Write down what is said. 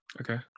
Okay